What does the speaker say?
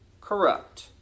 corrupt